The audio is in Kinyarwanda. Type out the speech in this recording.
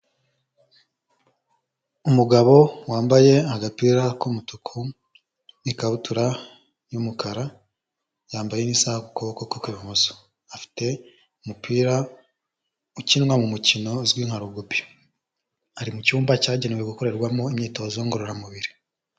Umugabo wambaye agapira k'umutuku n'ikabutura y'umukara, yambaye n'isaha ku kuboko kwe kw'ibumoso, afite umupira ukinwa mu mukino uzwi nka rugubi, ari mu cyumba cyagenewe gukorerwamo imyitozo ngororamubiri.